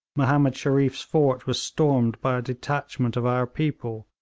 mahomed shereef's fort was stormed by a detachment of our people,